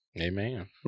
amen